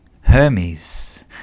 Hermes